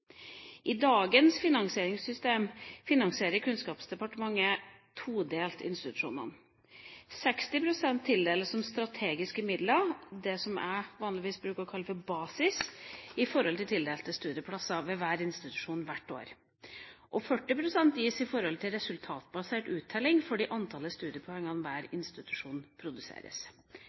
I dagens finansieringssystem finansierer Kunnskapsdepartementet institusjonene todelt. 60 pst. tildeles som strategiske midler – det som jeg vanligvis bruker å kalle basis – til tildelte studieplasser ved hver institusjon hvert år. 40 pst. gis i form av resultatbasert uttelling for det antallet studiepoeng hver institusjon